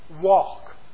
walk